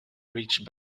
reached